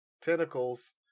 tentacles